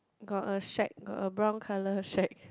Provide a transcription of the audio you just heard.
got a shade a brown colour shade